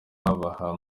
baha